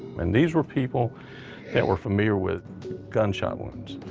and these were people that were familiar with gunshot wounds.